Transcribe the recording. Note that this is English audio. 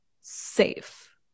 safe